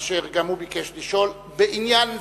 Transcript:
אשר גם הוא ביקש לשאול בעניין זה.